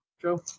Joe